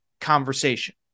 conversation